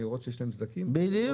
מלהראות שיש להם סדקים --- בדיוק.